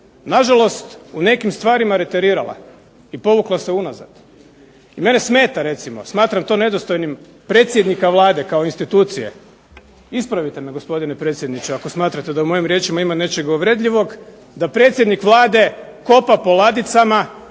nažalost, u nekim stvarima reterirala i povukla se unazad. I mene smeta recimo, smatram to nedostojnim predsjednika Vlade kao institucije, ispravite me gospodine predsjedniče ako smatrate da u mojim riječima ima nečega uvredljivog, da predsjednik Vlade kopa po ladicama,